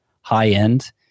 high-end